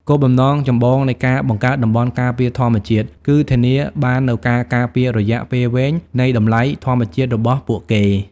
គោលបំណងចម្បងនៃការបង្កើតតំបន់ការពារធម្មជាតិ គឺធានាបាននូវការការពាររយៈពេលវែងនៃតម្លៃធម្មជាតិរបស់ពួកគេ។